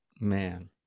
Man